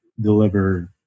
deliver